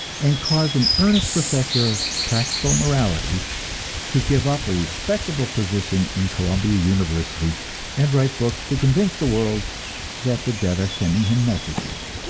and cause an earnest professor of practical morality to give up a respectable position in columbia university and write books to convince the world that the dead are sending him messages.